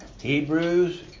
Hebrews